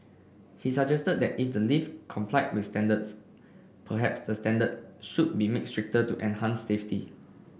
he suggested that if the lift complied with standards perhaps the standard should be made stricter to enhance safety